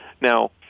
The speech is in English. now